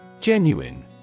Genuine